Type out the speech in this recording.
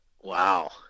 Wow